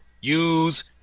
use